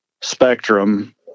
spectrum